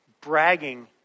bragging